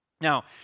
Now